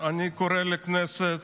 לכן, אני קורא לכנסת.